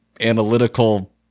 analytical